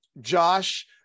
Josh